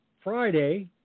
Friday